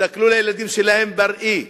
יסתכלו לילדים שלהם בעיניים.